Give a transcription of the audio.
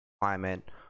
climate